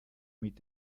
mit